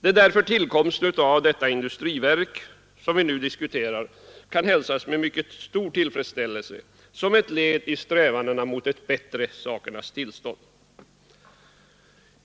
Det är därför tillkomsten av detta industriverk, som vi nu diskuterar, kan hälsas med mycket stor tillfredsställelse som ett led i strävandena mot ett bättre sakernas tillstånd.